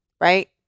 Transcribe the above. right